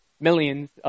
millions